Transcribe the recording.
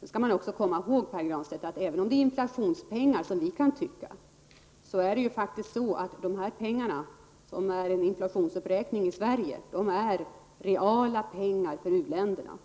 Sedan skall man också komma ihåg att även om vi kan tycka att det är inflationspengar -- Sverige -- så är det reala pengar för u-länderna.